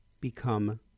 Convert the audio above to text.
become